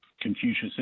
Confucius